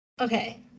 Okay